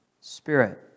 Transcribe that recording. spirit